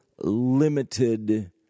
limited